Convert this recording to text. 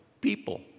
people